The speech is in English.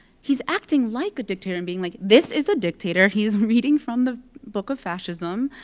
he's acting like a dictator, and being like, this is a dictator. he's reading from the book of fascism.